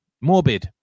Morbid